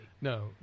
No